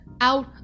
out